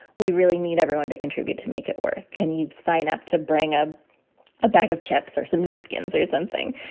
we really need everyone to contribute to make it work. can you sign up to bring a bag of chips or some napkins or something?